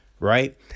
Right